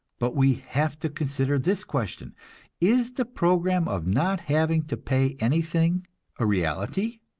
but we have to consider this question is the program of not having to pay anything a reality,